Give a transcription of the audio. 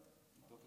כן.